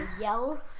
yell